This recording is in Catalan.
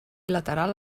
lateral